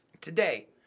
today